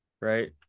Right